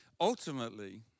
ultimately